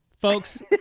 Folks